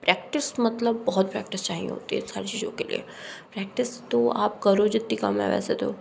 practice मतलब बहुत practice चाहिए होती है इन सारी चीज़ों के लिए प्रैक्टिस तो आप करो जितनी कम है वैसे तो